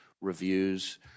reviews